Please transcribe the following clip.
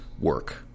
work